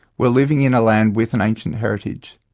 were living in a land with an ancient heritage.